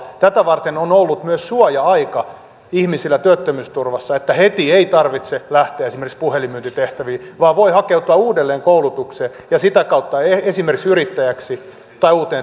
tätä varten on ollut myös suoja aika ihmisillä työttömyysturvassa että heti ei tarvitse lähteä esimerkiksi puhelinmyyntitehtäviin vaan voi hakeutua uudelleenkoulutukseen ja sitä kautta esimerkiksi yrittäjäksi tai uuteen työpaikkaan